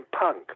punk